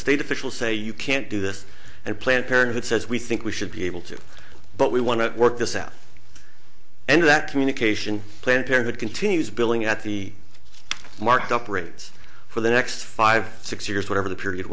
state officials say you can't do this and planned parenthood says we think we should be able to but we want to work this out and that communication plant here that continues billing at the marked up rates for the next five six years whatever the period